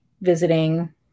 visiting